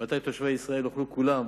מתי תושבי ישראל יוכלו כולם